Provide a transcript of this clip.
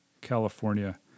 California